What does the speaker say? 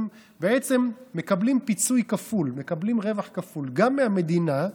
הם בעצם מקבלים פיצוי כפול: מקבלים רווח כפול גם מהמדינה,